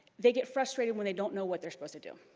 they get frustrated when they don't know what they're supposed to do.